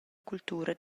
cultura